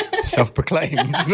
Self-proclaimed